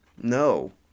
No